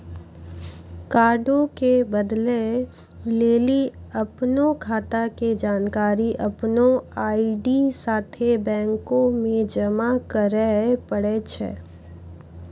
कार्डो के बदलै लेली अपनो खाता के जानकारी अपनो आई.डी साथे बैंको मे जमा करै पड़ै छै